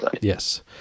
yes